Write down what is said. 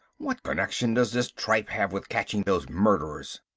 what connection does this tripe have with catching those murderers?